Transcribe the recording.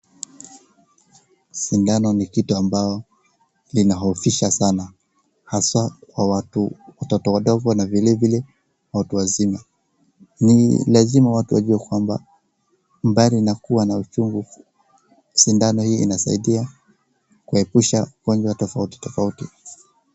Sindano ni kitu ambao linahofisha sana, haswa kwa watu, watoto wadogo na vile vile watu wazima. Ni lazima watu wajue kwamba, bali na kuwa na uchungu, sindano hii inasaidia kuepusha ugonjwa tofauti tofauti.